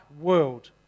world